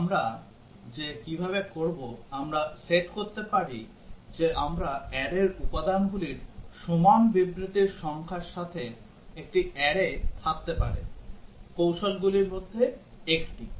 আমরা যে কিভাবে করব আমরা সেট করতে পারি যে আমরা arrayর উপাদানগুলির সমান বিবৃতির সংখ্যার সাথে একটি array থাকতে পারে কৌশলগুলির মধ্যে একটি